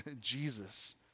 Jesus